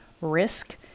risk